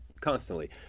constantly